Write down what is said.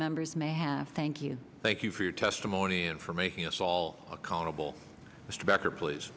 members may have thank you thank you for your testimony and for making us all accountable mr bakker please